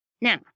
Now